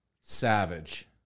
savage